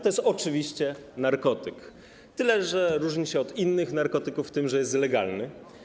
To jest oczywiście narkotyk, tyle że różni się od innych narkotyków tym, że jest legalny.